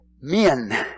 men